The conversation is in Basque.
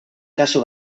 kasu